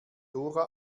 dora